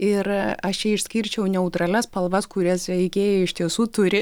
ir aš čia išskirčiau neutralias spalvas kurias ikea iš tiesų turi